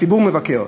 הציבור מבקר.